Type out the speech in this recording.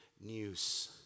news